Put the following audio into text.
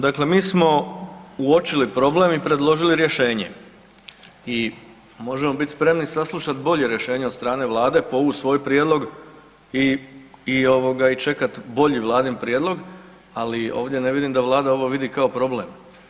Dakle, mi smo uočili problem i predložili rješenje i možemo biti spremni saslušati bolje rješenje od strane Vlade, povući svoj prijedlog i ovoga čekati bolji Vladin prijedlog, ali ovdje ne vidim da Vlada ovo vidi kao problem.